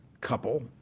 couple